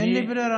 אין לי ברירה.